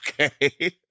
Okay